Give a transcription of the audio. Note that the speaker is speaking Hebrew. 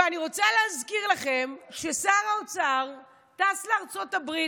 ואני רוצה להזכיר לכם ששר האוצר טס לארצות הברית,